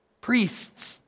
Priests